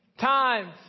times